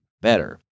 better